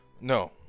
no